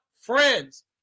Friends